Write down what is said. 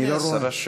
אני לא רואה.